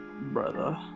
Brother